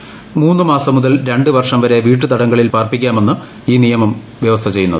പ്രൂമൂന്നുമാസം മുതൽ രണ്ടു വർഷം വരെ വീട്ടുതടങ്കലിൽ പാർപ്പിക്കാ്മെന്ന് ഈ നിയമം വ്യവസ്ഥ ചെയ്യുന്നത്